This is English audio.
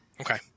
Okay